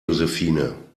josephine